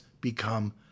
become